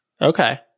Okay